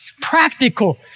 practical